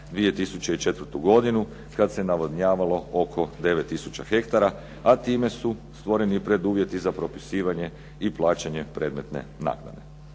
2004. godinu kad se navodnjavalo oko 9 tisuća hektara, a time su stvoreni preduvjeti za propisivanje i plaćanje predmetne naknade.